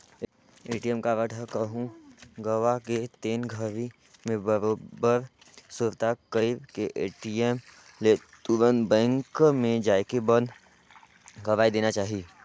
ATM card ह कहूँ गवा गे तेन घरी मे बरोबर सुरता कइर के ए.टी.एम ले तुंरत बेंक मे जायके बंद करवाये देना चाही